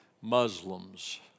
Muslims